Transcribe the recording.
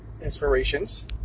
inspirations